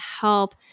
help